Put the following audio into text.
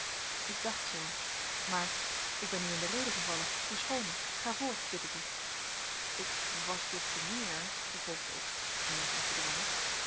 ik dacht zoo maar ik ben u in de rede gevallen verschoon mij ga voort bid ik u ik was dit te meer vervolgde ik eenigszins